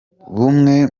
bumwe